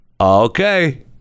okay